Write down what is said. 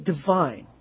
divine